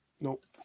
Nope